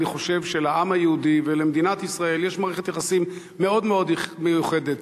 אני חושב שלעם היהודי ולמדינת ישראל יש מערכת יחסים מאוד מאוד מיוחדת,